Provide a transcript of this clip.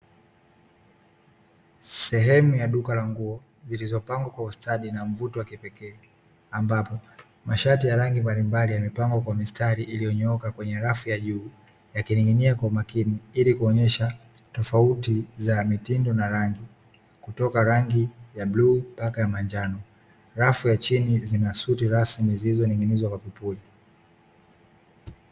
Sehemu ya duka la nguo zilizopangwa kwa ustadi na mvuto wa kipekee, ambapo mashati ya rangi mbalimbali yamepangwa kwa mistari iliyonyooka kwenye rafu ya juu, yakining'ina kwa umakini ili kuonyesha tofauti za mitindo na rangi, kutoka rangi ya bluu mpaka ya manjano, rafu ya chini zina suti rasmi zilizoning'inizwa kwa vipuli.